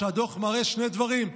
הדוח מראה שני דברים: